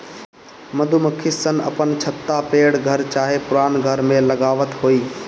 मधुमक्खी सन अपन छत्ता पेड़ चाहे पुरान घर में लगावत होई